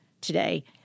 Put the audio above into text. today